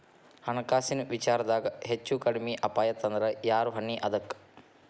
ಹಣ್ಕಾಸಿನ್ ವಿಚಾರ್ದಾಗ ಹೆಚ್ಚು ಕಡ್ಮಿ ಅಪಾಯಾತಂದ್ರ ಯಾರ್ ಹೊಣಿ ಅದಕ್ಕ?